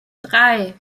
drei